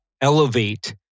elevate